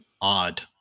odd